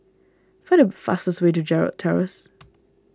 find the fastest way to Gerald Terrace